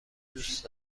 دوست